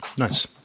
Nice